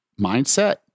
mindset